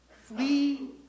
flee